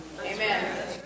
Amen